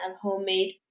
homemade